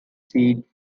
seat